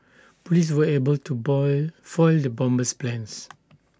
Police were able to boil foil the bomber's plans